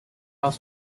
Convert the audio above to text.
are